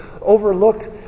overlooked